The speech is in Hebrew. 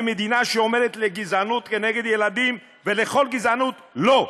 אם היא מדינה שאומרת לגזענות כנגד ילדים ולכל גזענות: לא,